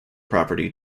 property